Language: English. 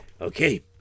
Okay